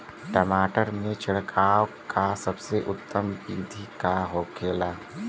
टमाटर में छिड़काव का सबसे उत्तम बिदी का होखेला?